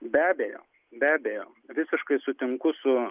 be abejo be abejo visiškai sutinku su